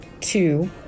two